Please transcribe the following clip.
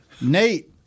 Nate